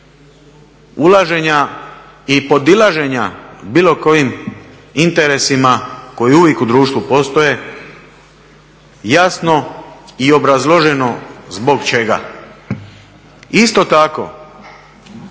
ulaženja i podilaženja bilo kojim interesima koji uvijek u društvu postoje, jasno i obrazloženo zbog čega. Isto